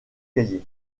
cahiers